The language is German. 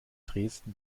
dresden